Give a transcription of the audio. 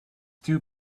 too